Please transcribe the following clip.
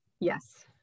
yes